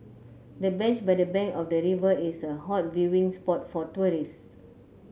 the bench by the bank of the river is a hot viewing spot for tourists